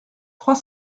trois